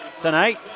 tonight